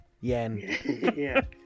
Yen